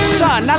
son